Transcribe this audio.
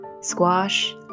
squash